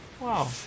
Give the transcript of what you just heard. wow